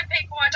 people